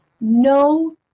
no